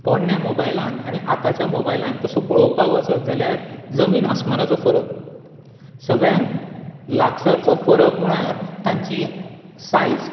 पोरण्या मोबायलांत आनी आतांच्या मोबायलांत तसो पळोवपाक वचत जाल्यार जमीन आसमानाचो फरक सगळ्यांत लागसारचो फरक म्हळ्यार तांची सायज